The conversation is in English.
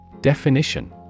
Definition